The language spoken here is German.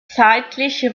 zeitliche